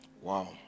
Wow